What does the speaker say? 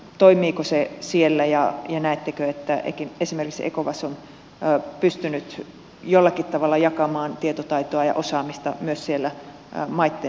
toimiiko se siellä ja näettekö että esimerkiksi ecowas on pystynyt jollakin tavalla jakamaan tietotaitoa ja osaamista myös siellä maitten välillä